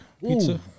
pizza